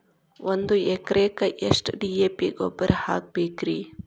ಒಂದು ಎಕರೆಕ್ಕ ಎಷ್ಟ ಡಿ.ಎ.ಪಿ ಗೊಬ್ಬರ ಹಾಕಬೇಕ್ರಿ?